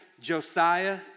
Josiah